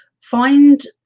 find